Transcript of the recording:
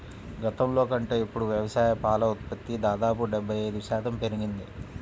గతంలో కంటే ఇప్పుడు వ్యవసాయ పాల ఉత్పత్తి దాదాపు డెబ్బై ఐదు శాతం పెరిగింది